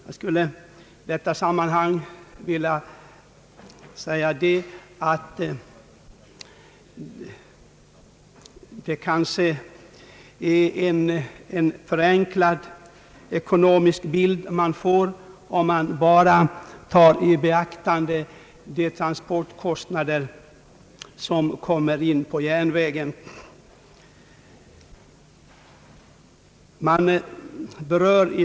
Jag skulle i detta sammanhang vilja säga att man får en förenklad bild av de ekonomiska förhållandena, om man beaktar endast de kostnader som är att hänföra till järnvägstransporten.